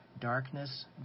Darkness